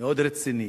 מאוד רציני,